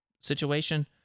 situation